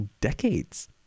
decades